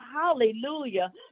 Hallelujah